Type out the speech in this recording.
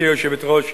גברתי היושבת-ראש,